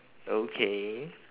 okay